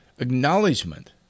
Acknowledgement